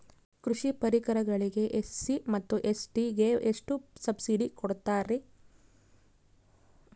ಕೃಷಿ ಪರಿಕರಗಳಿಗೆ ಎಸ್.ಸಿ ಮತ್ತು ಎಸ್.ಟಿ ಗೆ ಎಷ್ಟು ಸಬ್ಸಿಡಿ ಕೊಡುತ್ತಾರ್ರಿ?